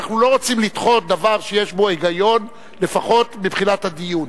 אנחנו לא רוצים לדחות דבר שיש בו היגיון לפחות בתחילת הדיון.